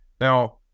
Now